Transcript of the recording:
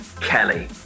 kelly